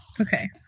Okay